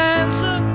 answer